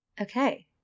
Okay